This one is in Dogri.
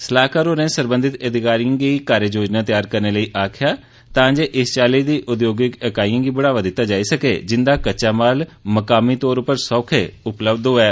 सलाहकार होरें सरबंधित अधिकारियें गी कार्य योजना त्यार करने लेई आक्खेया ऐ तां जे इस चाली दी उद्योगिक इकाइयें गी बढ़ावा दिता जाई सकै जिन्दा कच्चा माल मकामी तौर पर सौखे उपलब्ध होयै